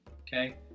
okay